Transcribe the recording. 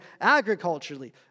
agriculturally